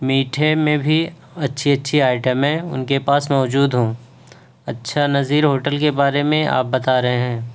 میٹھے میں بھی اچھی اچھی آئٹمیں ان کے پاس موجود ہوں اچھا نظیر ہوٹل کے بارے میں آپ بتا رہے ہیں